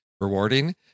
rewarding